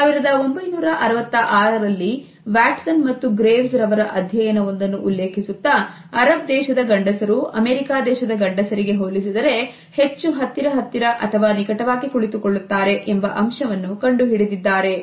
1966 ರಲ್ಲಿ Watson ಮತ್ತು Graves ರವರ ಅಧ್ಯಯನವೊಂದನ್ನು ಉಲ್ಲೇಖಿಸುತ್ತಾ ಅರಬ್ ದೇಶದ ಗಂಡಸರು ಅಮೇರಿಕಾ ದೇಶದ ಗಂಡಸರಿಗೆ ಹೋಲಿಸಿದರೆ ಹೆಚ್ಚು ಹತ್ತಿರ ಹತ್ತಿರ ಅಥವಾ ನಿಕಟವಾಗಿ ಕುಳಿತುಕೊಳ್ಳುತ್ತಾರೆ ಎಂಬ ಅಂಶವನ್ನು ಕಂಡುಹಿಡಿದಿದ್ದಾರೆ